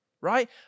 right